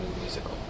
musical